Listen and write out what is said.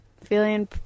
feeling